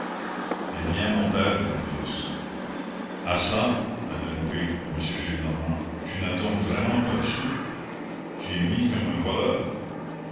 eh bien mon père dit marius ah çà interrompit m gillenormand tu n'as donc vraiment pas le sou tu es mis comme un voleur